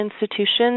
institutions